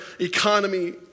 economy